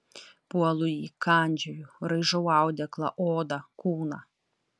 puolu jį kandžioju raižau audeklą odą kūną